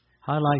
highlight